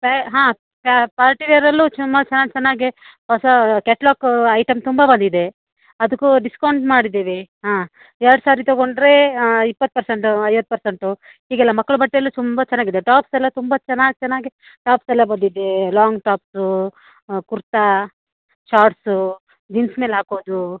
ಹೇ ಹಾಂ ಪಾರ್ಟಿ ವೇರಲ್ಲೂ ತುಂಬ ಚೆನ್ನ ಚೆನ್ನಾಗಿ ಹೊಸ ಕ್ಯಟ್ಲಾಕ್ ಐಟಮ್ ತುಂಬ ಬಂದಿದೆ ಅದಕ್ಕೂ ಡಿಸ್ಕೌಂಟ್ ಮಾಡಿದ್ದೀವಿ ಹಾಂ ಎರ್ಡು ಸಾರಿ ತಗೊಂಡರೆ ಇಪ್ಪತ್ತು ಪರ್ಸೆಂಟ್ ಐವತ್ತು ಪರ್ಸೆಂಟು ಈಗೆಲ್ಲ ಮಕ್ಳು ಬಟ್ಟೆಯೆಲ್ಲ ತುಂಬ ಚೆನ್ನಾಗಿದೆ ಟಾಪ್ಸ್ ಎಲ್ಲ ತುಂಬ ಚೆನ್ನಾಗಿ ಚೆನ್ನಾಗೆ ಟಾಪ್ಸ್ ಎಲ್ಲ ಬಂದಿದೆ long tops kurta shorts jeans ಮೇಲೆ ಹಾಕೋದು